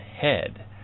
head